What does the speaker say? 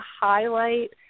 highlight